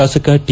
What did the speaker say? ಶಾಸಕ ಟಿ